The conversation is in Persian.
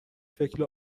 فکر